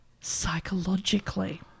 Psychologically